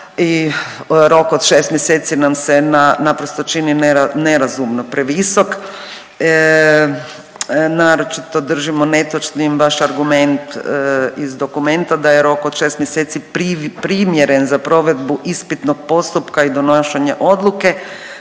i rok od 6 mjeseci nam se na, naprosto čini nerazumno previsok, naročito držimo netočnim vaš argument iz dokumenta da je rok od 6 mjeseci primjeren za provedbu ispitnog postupka i donašanja odluke,